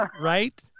right